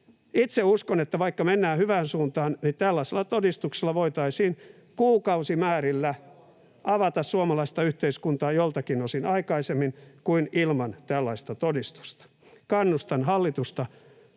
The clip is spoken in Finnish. Itse uskon, että vaikka mennään hyvään suuntaan, niin tällaisella todistuksella voitaisiin avata suomalaista yhteiskuntaa joiltakin osin kuukausimäärillä aikaisemmin kuin ilman tällaista todistusta. Kannustan hallitusta